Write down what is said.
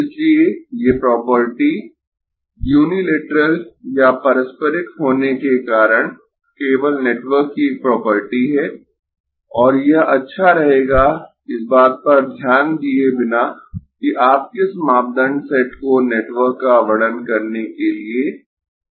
इसलिए ये property unilateral या पारस्परिक होने के कारण केवल नेटवर्क की एक प्रॉपर्टी है और यह अच्छा रहेगा इस बात पर ध्यान दिए बिना कि आप किस मापदंड सेट को नेटवर्क का वर्णन करने के लिए चुनते है